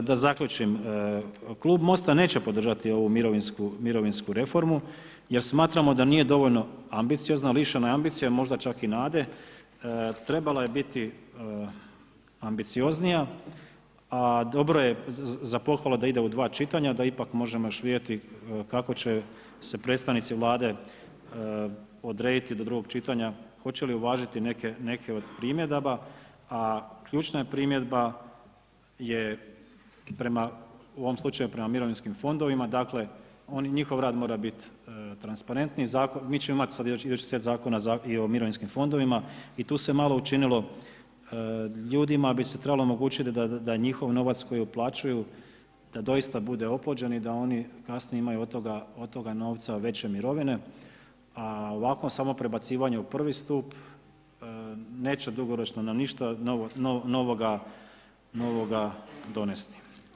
Da zaključim, klub MOST-a neće podržati ovu mirovinsku reformu jer smatramo da nije dovoljno ambiciozna, lišena je ambicije, a možda čak i nade, trebala je biti ambicioznija, a dobro je za pohvalu da ide u dva čitanja, da ipak možemo još vidjeti kako će se predstavnici vlade odrediti do drugog čitanja, hoće li uvažiti neke od primjedaba, a ključna je primjedba je prema, u ovom slučaju prema mirovinskim fondovima, dakle oni, njihov rad mora biti transparentniji, mi ćemo imat sad idući set zakona i o mirovinskim fondovima i tu se malo učinilo, ljudima bi se trebalo omogućit da njihov novac koji uplaćuju da doista bude oplođen i da oni kasnije imaju od toga novca veće mirovine, a ovako samo prebacivanje u prvi stup neće dugoročno na ništa novoga donesti.